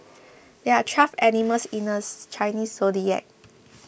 there are twelve animals in the Chinese zodiac